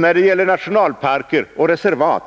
När det gäller nationalparker och reservat